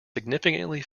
significantly